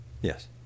Yes